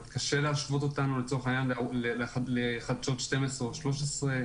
קשה להשוות אותנו לצורך העניין לחדשות 12 או 13,